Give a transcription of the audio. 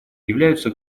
являются